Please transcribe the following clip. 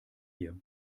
hier